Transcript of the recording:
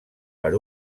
per